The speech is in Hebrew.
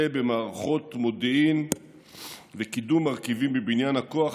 במערכות מודיעין וקידום מרכיבים בבניין הכוח,